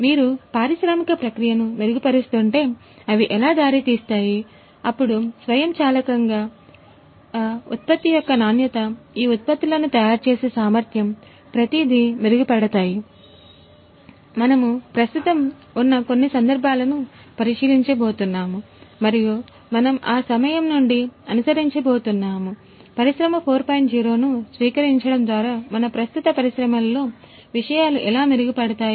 మీరు పారిశ్రామిక ప్రక్రియను మెరుగుపరుస్తుంటే అవి ఎలా దారితీస్తాయి అప్పుడు స్వయంచాలకంగా ఉత్పత్తి యొక్క నాణ్యత ఈ ఉత్పత్తులను తయారుచేసే సామర్థ్యం ప్రతిదీ మెరుగుపడతాయి